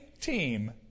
team